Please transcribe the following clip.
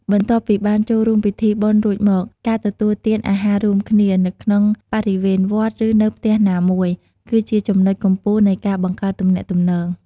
បន្ទាប់ពីបានចូលរួមពិធីបុណ្យរួចមក ការទទួលទាន អាហាររួមគ្នា នៅក្នុងបរិវេណវត្ត ឬនៅផ្ទះណាមួយ គឺជាចំណុចកំពូលនៃការបង្កើតទំនាក់ទំនង។